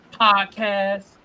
podcast